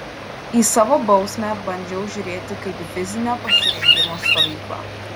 į savo bausmę bandžiau žiūrėti kaip į fizinio pasirengimo stovyklą